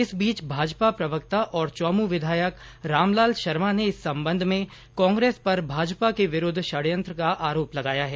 इस बीच भाजपा प्रवक्ता और चौमू विधायक रामलाल शर्मा ने इस सम्बन्ध में कांग्रेस पर भाजपा के विरुद्ध षड़यंत्र का आरोप लगाया है